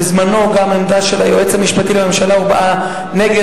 בזמנו גם עמדה של היועץ המשפטי הובעה נגד